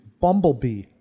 Bumblebee